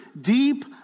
deep